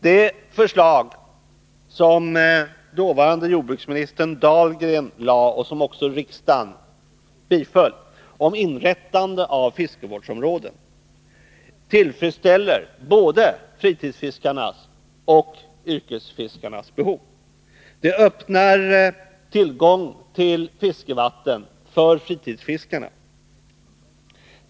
Det förslag som dåvarande jordbruksministern Dahlgren lade fram och som också riksdagen biföll, om inrättande av fiskevårdsområden, tillfredsställer både fritidsfiskarnas och yrkesfiskarnas behov. Det öppnar tillgång till fiskevatten för fritidsfiskarna.